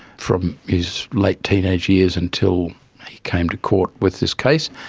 from his late teenage years until he came to court with this case.